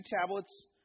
tablets